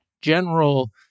general